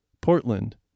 Portland